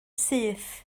syth